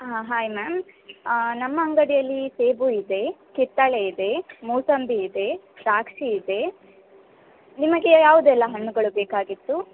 ಹಾಂ hi ma'am ನಮ್ಮ ಅಂಗಡಿಯಲ್ಲಿ ಸೇಬು ಇದೆ ಕಿತ್ತಳೆ ಇದೆ ಮೋಸಂಬಿ ಇದೆ ದ್ರಾಕ್ಷಿ ಇದೆ ನಿಮಗೆ ಯಾವುದೆಲ್ಲ ಹಣ್ಣುಗಳು ಬೇಕಾಗಿತ್ತು